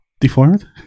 Deformed